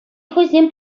хӑйсен